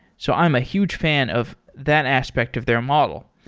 so i'm a huge fan of that aspect of their model.